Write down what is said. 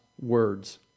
words